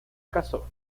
casó